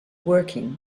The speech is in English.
working